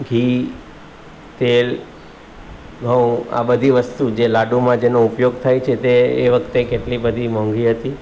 ઘી તેલ ઘઉં આ બધી વસ્તુ જે લાડુમાં જેનો ઉપયોગ થાય છે તે એ વખતે કેટલી બધી મોંઘી હતી